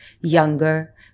younger